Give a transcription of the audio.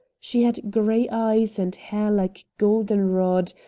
she had gray eyes and hair like golden-rod,